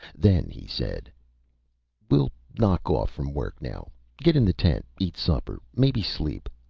then he said we'll knock off from work now get in the tent, eat supper, maybe sleep.